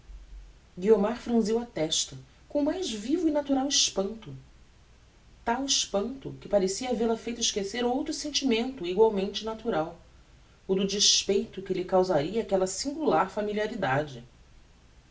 franziu a testa com o mais vivo e natural espanto tal espanto que parecia havel a feito esquecer outro sentimento igualmente natural o do despeito que lhe causaria aquella singular familiaridade